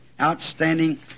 outstanding